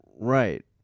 Right